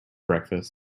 breakfast